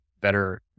better